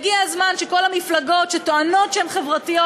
הגיע הזמן שכל המפלגות בקואליציה שטוענות שהן חברתיות,